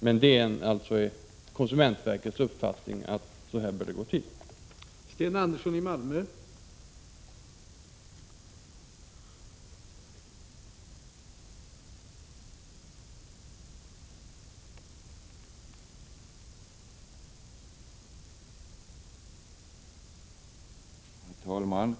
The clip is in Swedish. Men det är alltså konsumentverkets uppfattning att det bör gå till så.